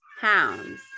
pounds